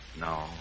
No